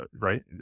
right